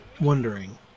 wondering